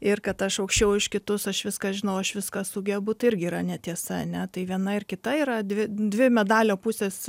ir kad aš aukščiau už kitus aš viską žinau aš viską sugebu tai irgi yra netiesa ne tai viena ir kita yra dvi dvi medalio pusės